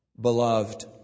Beloved